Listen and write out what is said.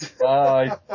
Bye